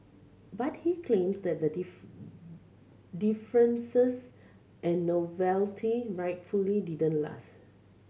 but he claims that the deferences and novelty rightfully didn't last